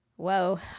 Whoa